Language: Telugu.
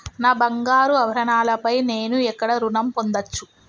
నా బంగారు ఆభరణాలపై నేను ఎక్కడ రుణం పొందచ్చు?